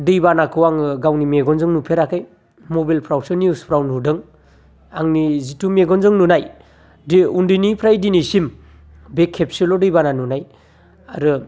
दैबानाखौ आङो गावनि मेगनजों नुफेराखै मबाइलफ्राव निउजफ्राव नुदों आंनि जिथु मेगनजों नुनाय दि उन्दैनिफ्राय दिनैसिम बे खेबसेल' दैबाना नुनाय आरो